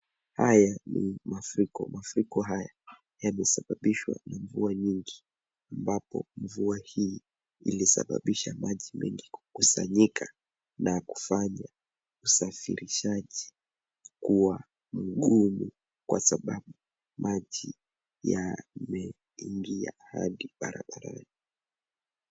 Haya ni mafuriko, mafuriko haya yamesababishwa na mvua nyingi ambapo mvua hii ilisababisha maji mengi kukusanyika na kufanya usafirishaji kuwa ngumu kwa sababu maji yameingia hadi barabarani.